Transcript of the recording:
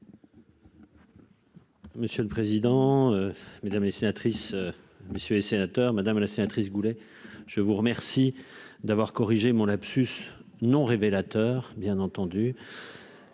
Monsieur le président, Mesdames les sénatrices, messieurs les sénateurs, madame la sénatrice Goulet je vous remercie d'avoir corrigé mon lapsus non révélateur, bien entendu.